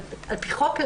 על פי חוק,